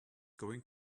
going